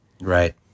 Right